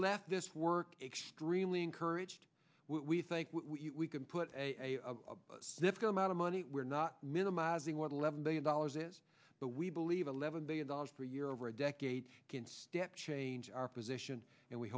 left this work extremely encouraged we think we could put a significant amount of money we're not minimizing what eleven billion dollars is but we believe eleven billion dollars per year over a decade can step change our position and we